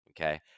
okay